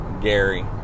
Gary